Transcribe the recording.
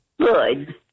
Good